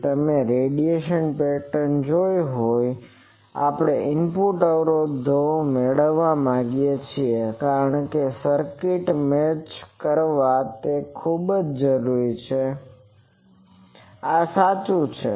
તોતમે radiation pattern જોઈ હોયઆપણે input અવરોધને મેળવવા માંગીએ છીએ કારણ કે સર્કિટ મેચ કરવા માટે તે ખૂબ જ જરૂરી છે તો આ સાચું છે